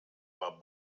war